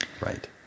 right